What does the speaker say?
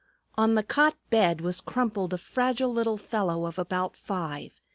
on the cot bed was crumpled a fragile little fellow of about five,